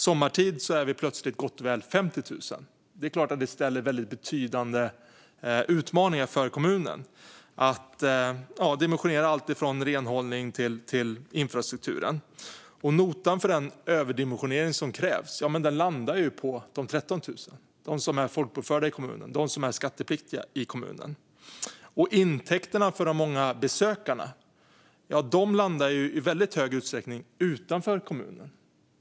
Sommartid är vi plötsligt gott och väl 50 000. Det är klart att det innebär betydande utmaningar för kommunen att dimensionera allt från renhållning till infrastruktur. Notan för den överdimensionering som krävs landar på de 13 000, de som är folkbokförda i kommunen och är skattepliktiga i kommunen. Intäkterna för de många besökarna landar i stor utsträckning utanför kommunen.